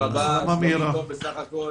טוב בסך הכול.